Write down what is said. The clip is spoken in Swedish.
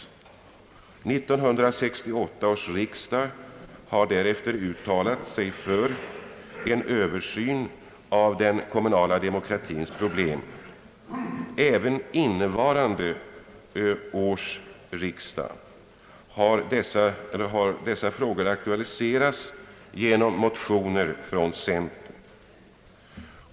1968 års riksdag har därefter uttalat sig för en översyn av den kommunala demokratins problem. Även vid detta års riksdag har frågorna aktualiserats genom motioner från centerpartiet.